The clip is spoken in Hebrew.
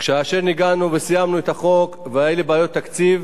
כאשר סיימנו את החוק, והיו לי בעיות תקציב,